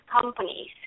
companies